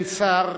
שני,